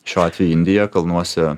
šiuo atveju indija kalnuose